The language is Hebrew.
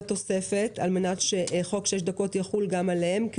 לתוספת על מנת שחוק שש דקות יחול גם עליהם,